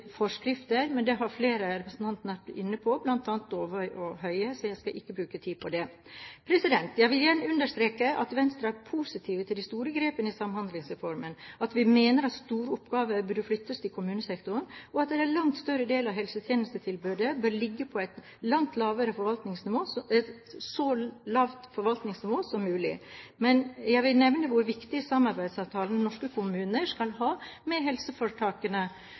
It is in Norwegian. forskrifter, men det har flere representanter vært inne på, bl.a. Dåvøy og Høie, så jeg skal ikke bruke tid på det. Jeg vil gjerne understreke at Venstre er positiv til de store grepene i Samhandlingsreformen, at vi mener at store oppgaver burde flyttes til kommunesektoren, og at en langt større del av helsetjenestetilbudet bør ligge på et så lavt forvaltningsnivå som mulig. Men jeg vil nevne hvor viktige samarbeidsavtalene som norske kommuner skal ha med helseforetakene,